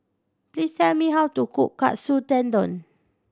please tell me how to cook Katsu Tendon